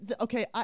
Okay